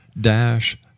dash